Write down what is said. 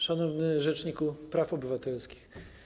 Szanowny Rzeczniku Praw Obywatelskich!